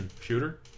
Shooter